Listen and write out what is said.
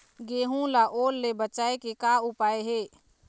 गेहूं ला ओल ले बचाए के का उपाय हे?